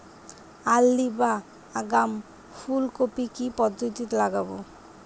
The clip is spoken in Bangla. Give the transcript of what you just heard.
আর্লি বা আগাম ফুল কপি কি পদ্ধতিতে লাগাবো?